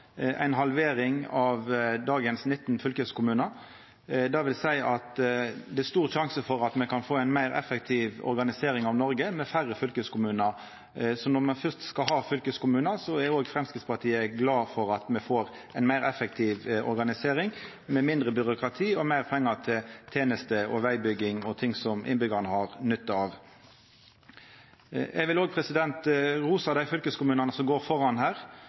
halvering av dagens 19 fylkeskommunar. Det vil seia at det er stor sjanse for at me kan få ei meir effektiv organisering av Noreg med færre fylkeskommunar. Når me fyrst skal ha fylkeskommunar, er òg Framstegspartiet glad for at me får ei meir effektiv organisering med mindre byråkrati og meir pengar til tenester, vegbygging og ting innbyggjarane har nytte av. Eg vil òg rosa fylkeskommunane som går føre her.